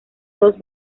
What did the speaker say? dos